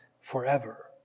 forever